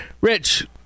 Rich